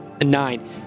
Nine